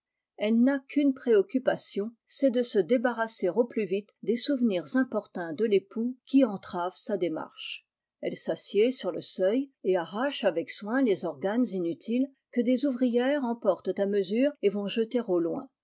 elle n'a qu'une préoccupation c'est de se débarrasser au plus vite des souvenirs importuns de l'époux qui entravent sa démarche elle s'assied sur le seuil et arrache avec soin les organes inutiles que des ouvrières emportent à mesure et vont jeter au loin